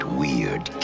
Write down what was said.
weird